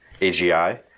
AGI